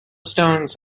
stones